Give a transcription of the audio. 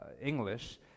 English